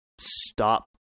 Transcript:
stop